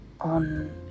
on